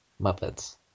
Muppets